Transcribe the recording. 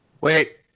Wait